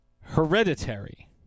hereditary